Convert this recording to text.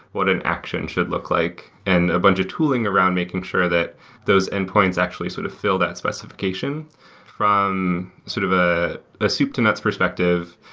what an action should look like and a bunch of tooling around making sure that those endpoints actually sort of fill that specification from sort of ah a soup to nuts perspective.